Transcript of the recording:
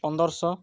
ପନ୍ଦର ଶହ